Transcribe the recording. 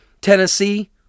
Tennessee